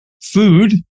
Food